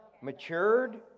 matured